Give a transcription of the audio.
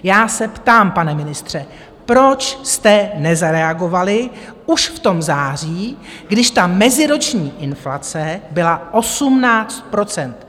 Já se ptám, pane ministře, proč jste nezareagovali už v tom září, když ta meziroční inflace byla 18 %?